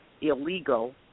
illegal